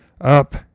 up